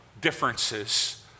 differences